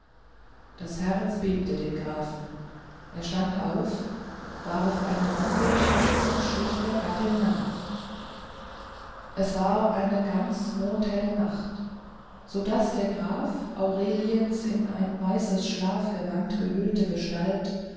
das herz bebte dem grafen er stand auf warf einen mantel um und schlich der gattin nach es war eine ganz mondhelle nacht so daß der graf aureliens in ein weißes schlafgewand gehüllte gestalt